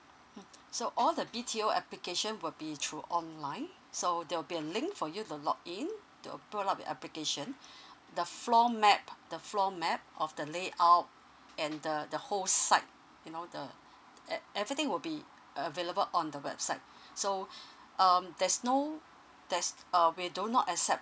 mm so all the B_T_O application will be through online so there will be a link for you to login to open up the application the floor map the floor map of the layout and the the whole site you know the ev~ everything will be available on the website so um there's no there's uh we do not accept